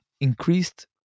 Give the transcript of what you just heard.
increased